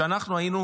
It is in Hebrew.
כשאנחנו היינו